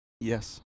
Yes